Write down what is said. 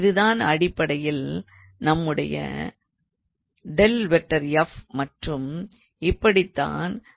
இது தான் அடிப்படையில் நம்முடைய ∇⃗𝑓 மற்றும் இப்படித்தான் ∇⃗𝑓 என்பதை வரையறுத்தோம்